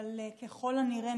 אבל ככל הנראה,